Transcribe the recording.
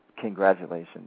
congratulations